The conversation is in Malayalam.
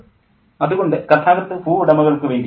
പ്രൊഫസ്സർ അതുകൊണ്ട് കഥാകൃത്ത് ഭൂവുടമകൾക്ക് വേണ്ടി